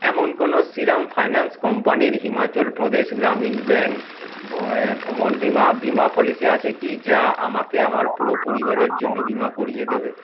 এমন কোনো শ্রীরাম ফাইনান্স কম্পানির হিমাচল প্রদেশ গ্রামীণ ব্যাংক ভ্রমণ বিমা বিমা পলিসি আছে কি যা আমাকে আমার পুরো পরিবারের জন্য বিমা করিয়ে দেবে